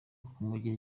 kumugira